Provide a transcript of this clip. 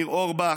ניר אורבך,